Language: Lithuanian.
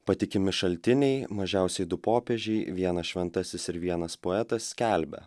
patikimi šaltiniai mažiausiai du popiežiai vienas šventasis ir vienas poetas skelbia